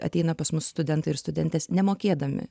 ateina pas mus studentai ir studentės nemokėdami